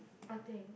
what thing